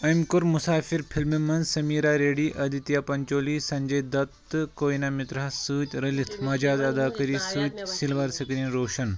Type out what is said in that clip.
أمۍ کوٚر مسافر فلمہِ منٛز سمیٖرا ریڈی، آدتیہ پنٛچولی، سنجے دت، تہٕ کوینا مِتراہس سۭتۍ رلِتھ مجاز اداکٲری سۭتۍ سِلور سکرین روشن